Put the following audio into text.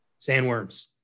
sandworms